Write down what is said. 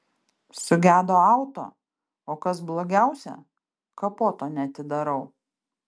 sugedo auto o kas blogiausia kapoto neatidarau